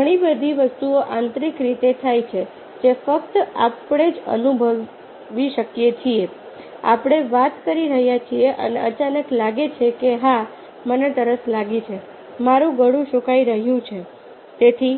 ઘણી બધી વસ્તુઓ આંતરિક રીતે થાય છે જે ફક્ત આપણે જ અનુભવી શકીએ છીએ આપણે વાત કરી રહ્યા છીએ અને અચાનક લાગે છે કે હા મને તરસ લાગી છે મારું ગળું સુકાઈ રહ્યું છે તેથી